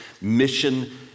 mission